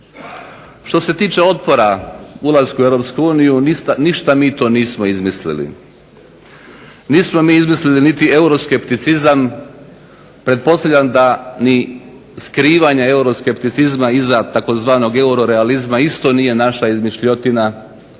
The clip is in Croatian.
Što se tiče otpora ulasku u Europsku uniju, ništa mi to nismo izmislili. Nismo mi izmislili niti euroskepticizam, pretpostavljam da ni skrivanja euroskepticizma iza tzv. eurorealizma isto nije naša izmišljotina.